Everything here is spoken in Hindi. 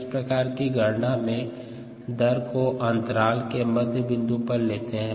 इस प्रकार की गणना में दर को अंतराल के मध्य बिंदु पर लेते है